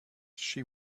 she